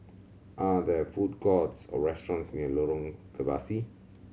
are there food courts or restaurants near Lorong Kebasi